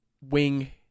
wing